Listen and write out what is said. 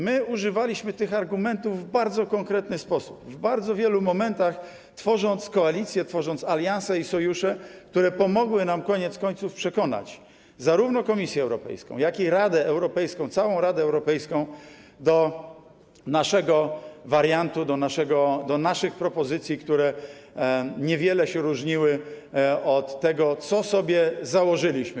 My używaliśmy tych argumentów w bardzo konkretny sposób, w bardzo wielu momentach, tworząc koalicje, tworząc alianse i sojusze, które pomogły nam koniec końców przekonać zarówno Komisję Europejską, jak i całą Radę Europejską do naszego wariantu, do naszych propozycji, które niewiele się różniły od tego, co sobie założyliśmy.